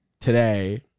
today